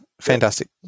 Fantastic